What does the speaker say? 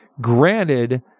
granted